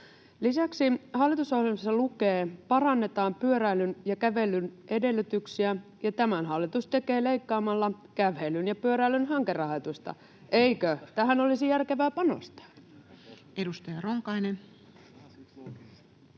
Lisäksi hallitusohjelmassa lukee, että ”parannetaan pyöräilyn ja kävelyn edellytyksiä”, ja tämän hallitus tekee leikkaamalla kävelyn ja pyöräilyn hankerahoitusta. Eikö tähän olisi järkevää panostaa? Edustaja Ronkainen.